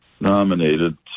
nominated